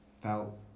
felt